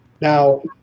Now